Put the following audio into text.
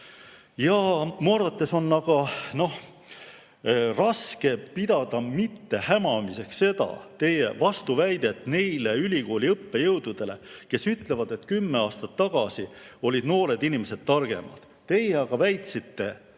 arvates on raske pidada mittehämamiseks teie vastuväidet neile ülikooli õppejõududele, kes ütlevad, et kümme aastat tagasi olid noored inimesed targemad. Teie aga väitsite